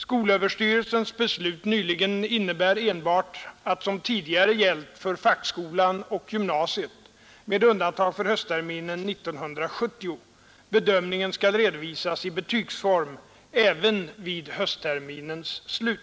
Skolöverstyrelsens beslut nyligen innebär enbart att — såsom tidigare gällt för fackskolan och gymnasiet med undantag för höstterminen 1970 — bedömningen skall redovisas i betygsform även vid höstterminens slut.